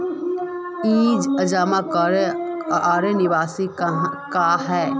ई जमा आर निवेश का है?